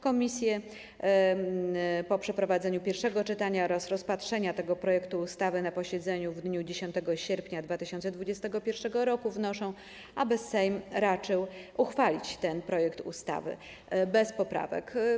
Komisje po przeprowadzeniu pierwszego czytania oraz rozpatrzeniu tego projektu ustawy na posiedzeniu w dniu 10 sierpnia 2021 r. wnoszą, aby Sejm raczył uchwalić ten projekt ustawy bez poprawek.